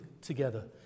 together